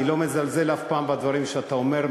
אני לא מזלזל אף פעם בדברים שאתה אומר,